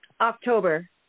October